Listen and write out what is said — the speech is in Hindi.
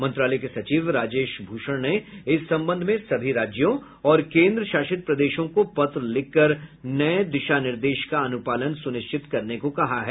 मंत्रालय के सचिव राजेश भूषण ने इस संबंध में सभी राज्यों और केन्द्रशासित प्रदेशों को पत्र लिखकर नये दिशा निर्देश का अनुपालन सुनिश्चित करने को कहा है